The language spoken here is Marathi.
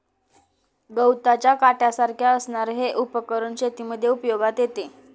गवताच्या काट्यासारख्या असणारे हे उपकरण शेतीमध्ये उपयोगात येते